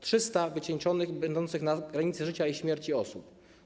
300 wycieńczonych, będących na granicy życia i śmierci osób.